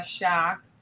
shock